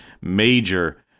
major